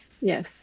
Yes